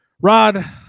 Rod